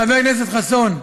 חבר הכנסת חסון,